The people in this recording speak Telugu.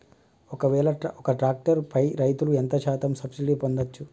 ఒక్కవేల ఒక్క ట్రాక్టర్ పై రైతులు ఎంత శాతం సబ్సిడీ పొందచ్చు?